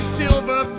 silver